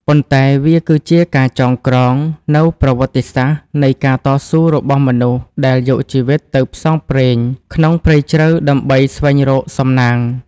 ប៉ុន្តែវាគឺជាការចងក្រងនូវប្រវត្តិសាស្ត្រនៃការតស៊ូរបស់មនុស្សដែលយកជីវិតទៅផ្សងព្រេងក្នុងព្រៃជ្រៅដើម្បីស្វែងរកសំណាង។